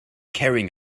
carrying